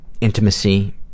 intimacy